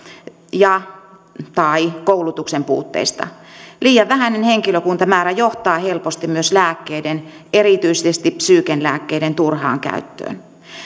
ja tai koulutuksen puutteesta liian vähäinen henkilökuntamäärä johtaa helposti myös lääkkeiden erityisesti psyykenlääkkeiden turhaan käyttöön